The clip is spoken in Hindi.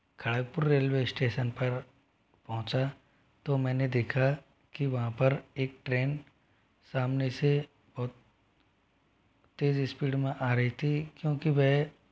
खड़गपुर रेलवे स्टेशन पर पहुँचा तो मैंने देखा की वहाँ पर एक ट्रेन सामने से बहुत तेज़ इस्पीड में आ रही थी क्योंकि वह